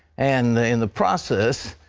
and in the process,